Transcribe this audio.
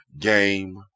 game